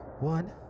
One